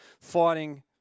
fighting